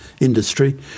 industry